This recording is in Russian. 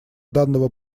данного